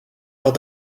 lors